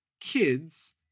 kids